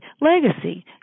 legacy